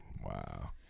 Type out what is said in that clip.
wow